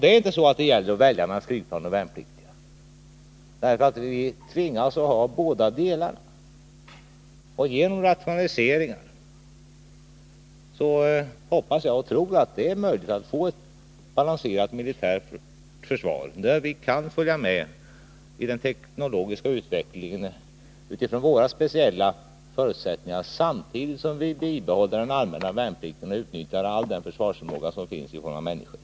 Det är inte så att det gäller att välja mellan flygplan och värnpliktiga. Vi tvingas att ha båda delar. Jag hoppas och tror att det genom rationaliseringar är möjligt att få ett balanserat militärt försvar, som kan följa med i den teknologiska utvecklingen utifrån våra speciella förutsättningar, samtidigt som vi behåller den allmänna värnplikten och utnyttjar all den försvarsvilja som finns hos våra medborgare.